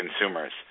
consumers